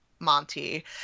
Monty